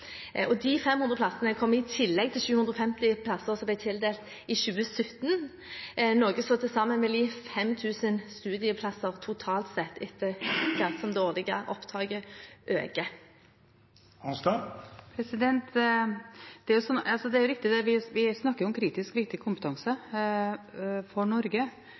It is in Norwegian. De 500 plassene kommer i tillegg til 750 plasser som ble tildelt i 2017, noe som til sammen vil gi 5 000 studieplasser totalt, ettersom det årlige opptaket øker. Det er riktig, vi snakker om kritisk viktig kompetanse for Norge. Det er urovekkende når en leser i avisene – like etter nyttår – at Norge